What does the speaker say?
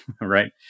Right